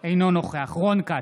אינו נוכח רון כץ,